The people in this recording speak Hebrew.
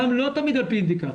גם לא תמיד על פי בדיקה.